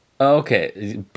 Okay